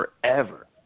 forever